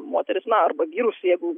moteris na arba gyrus jeigu